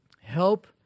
Help